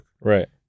Right